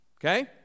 okay